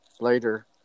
later